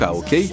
ok